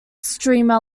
streamer